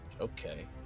Okay